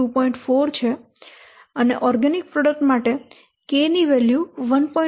4 છે અને organic product માટે k ની વેલ્યુ 1